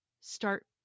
start